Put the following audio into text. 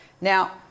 Now